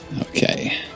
Okay